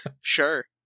Sure